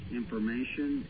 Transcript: information